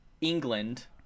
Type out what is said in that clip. england